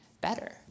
better